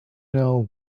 know